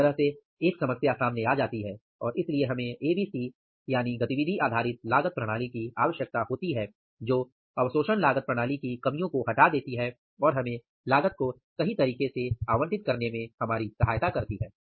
इस तरह से एक समस्या सामने आ जाती है और इसीलिए हमें ABC यानी गतिविधि आधारित लागत प्रणाली की आवश्यकता होती है जो अवशोषण लागत प्रणाली की सीमाओं को हटा देती है और हमें लागत को सही तरीके से आवंटित करने में हमारी सहायता करती है